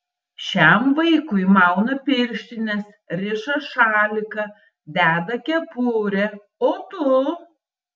šiam vaikui mauna pirštines riša šaliką deda kepurę o tu